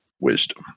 wisdom